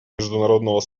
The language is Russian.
международного